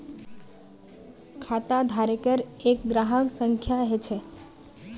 खाताधारकेर एक ग्राहक संख्या ह छ